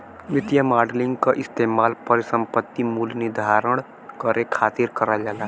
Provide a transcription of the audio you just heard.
वित्तीय मॉडलिंग क इस्तेमाल परिसंपत्ति मूल्य निर्धारण करे खातिर करल जाला